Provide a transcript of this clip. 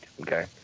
Okay